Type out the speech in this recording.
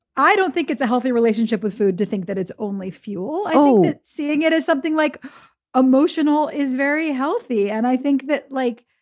i don't think it's a healthy relationship with food to think that it's only fuel. seeing it as something like emotional is very healthy. and i think that, like.